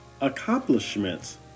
accomplishments